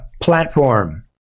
platform